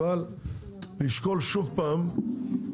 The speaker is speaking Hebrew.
אבל לשקול שוב פעם את